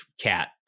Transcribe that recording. cat